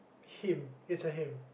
him it's a him